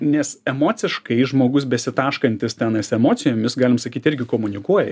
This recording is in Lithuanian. nes emociškai žmogus besitaškantis tenais emocijomis galim sakyt irgi komunikuoja